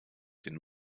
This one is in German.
den